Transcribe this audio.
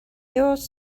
yours